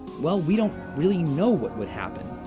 well, we don't really know what would happen.